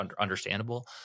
understandable